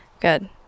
Good